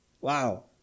Wow